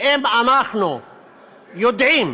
ואם אנחנו יודעים